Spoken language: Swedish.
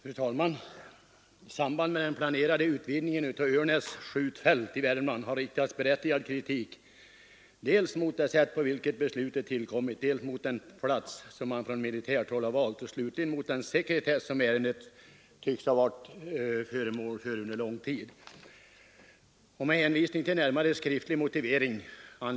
Fru talman! I samband med den planerade utvidgningen av Örnäs skjutfält i Värmland har riktats berättigad kritik dels mot det sätt på vilket beslutet tillkommit, dels mot den plats som man från militärt håll har valt och slutligen mot den sekretess som ärendet tycks ha varit föremål för under lång tid. Det är inte första gången som militärernas planer på utvidgning av skjutfält vållar sådana här protester.